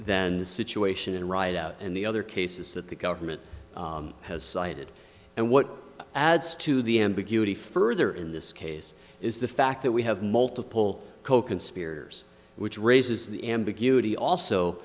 the situation in ride out and the other cases that the government has cited and what adds to the ambiguity further in this case is the fact that we have multiple coconspirators which raises the ambiguity also